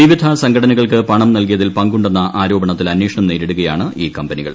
വിവിധ സംഘടനകൾക്ക് പണം നൽകിയതിൽ പങ്കുണ്ടെന്ന ആരോപണത്തിൽ അന്വേഷണം നേരിടുകയാണ് ഈ കമ്പനികൾ